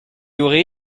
aurais